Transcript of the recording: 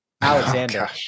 Alexander